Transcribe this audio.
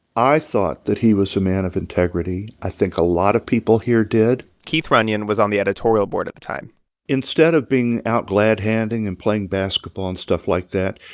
i thought that he was a man of integrity. i think a lot of people here did keith runyon was on the editorial board at the time instead of being out glad-handing and playing basketball and stuff like that,